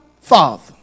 father